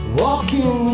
walking